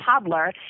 toddler